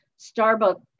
Starbucks